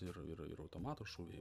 ir ir ir automato šūviai